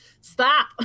stop